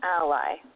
ally